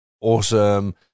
awesome